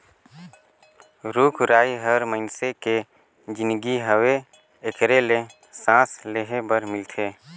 रुख राई हर मइनसे के जीनगी हवे एखरे ले सांस लेहे बर मिलथे